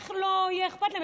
איך יהיה אכפת להם?